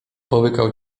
połykał